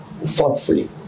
thoughtfully